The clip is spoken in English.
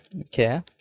okay